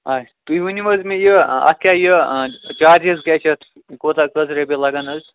اچھ تُہۍ ؤنِو حظ مےٚ یہِ اَتھ کیٛاہ یہِ چارجِز کیٛاہ چھِ اَتھ کوتاہ کٔژ رۄپیہِ لَگَن حظ